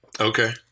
Okay